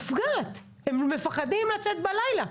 הם מפחדים לצאת בלילה,